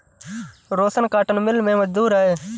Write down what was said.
रोशन cotton mill में मजदूर है